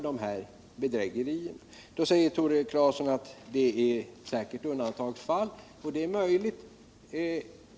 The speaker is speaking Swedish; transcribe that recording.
Tore Claeson hävdar att det endast i undantagsfall varit fråga om medvetna bedrägerier. Det är möjligt.